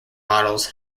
models